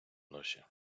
носі